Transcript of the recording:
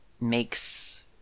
makes